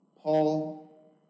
Paul